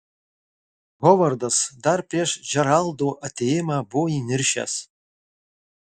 hovardas dar prieš džeraldo atėjimą buvo įniršęs